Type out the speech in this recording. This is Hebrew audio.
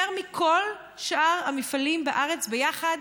יותר מכל שאר המפעלים בארץ ביחד,